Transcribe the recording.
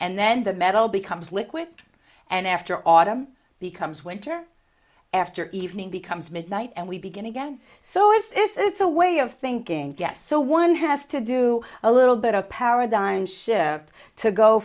and then the metal becomes liquid and after autumn becomes winter after evening becomes midnight and we begin again so it's it's a way of thinking yes so one has to do a little bit of a paradigm shift to go